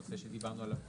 הנושא שדיברנו עליו קודם.